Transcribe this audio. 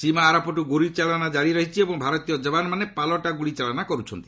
ସୀମା ଆରପଟୁ ଗୁଳି ଚାଳନା କାରି ରହିଛି ଏବଂ ଭାରତୀୟ ଯବାନମାନେ ପାଲଟା ଗୁଳି ଚାଳନା କରୁଛନ୍ତି